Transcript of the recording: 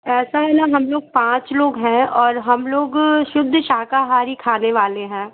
ऐसा है ना हम लोग पाँच लोग हैं और हम लोग शुद्ध शाकाहारी खाने वाले हैं